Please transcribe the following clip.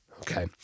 okay